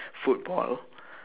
football